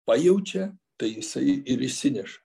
pajaučia tai jisai ir išsineša